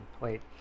Wait